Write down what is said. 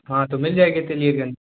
हाँ तो मिल जाएंगे तेलिएगंज